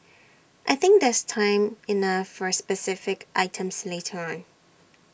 I think there's time enough for specific items later on